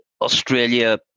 Australia